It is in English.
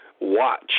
watch